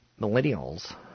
Millennials